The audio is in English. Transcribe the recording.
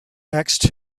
next